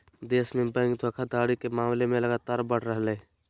देश में बैंक धोखाधड़ी के मामले लगातार बढ़ रहलय